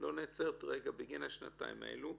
ולא נעצרת לרגע בגין השנתיים האלה.